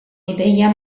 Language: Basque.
ideia